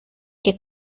que